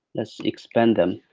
let's expand them.